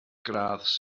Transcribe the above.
gradd